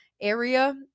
area